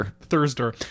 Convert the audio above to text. thursday